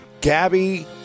gabby